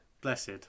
Blessed